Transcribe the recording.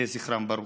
יהי זכרם ברוך.